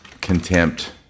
contempt